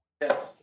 Yes